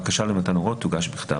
בקשה למתן הוראות תוגש בכתב.